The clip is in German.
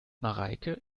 mareike